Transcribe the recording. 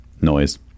noise